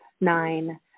Nine